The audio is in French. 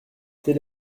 telle